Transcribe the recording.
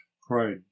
cried